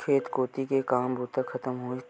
खेत कोती ले काम बूता खतम होइस